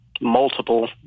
multiple